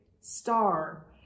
star